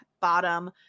bottom